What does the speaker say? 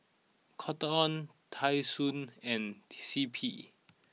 Cotton On Tai Sun and C P